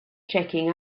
checking